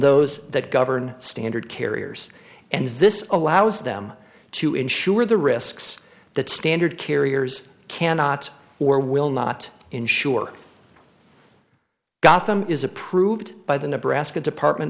those that govern standard carriers and as this allows them to insure the risks that standard carriers cannot or will not insure gotham is approved by the nebraska department